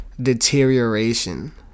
deterioration